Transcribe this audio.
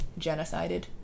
genocided